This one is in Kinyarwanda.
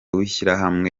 w’ishyirahamwe